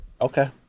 Okay